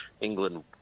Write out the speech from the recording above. England